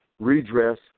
redress